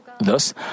Thus